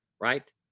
right